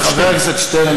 חבר הכנסת שטרן,